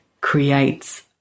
creates